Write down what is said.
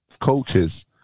coaches